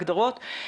להגדרות,